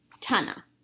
Tana